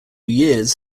years